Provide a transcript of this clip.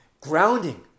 grounding